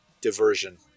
diversion